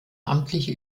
amtliche